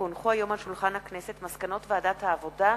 כי הונחו היום על שולחן הכנסת מסקנות ועדת העבודה,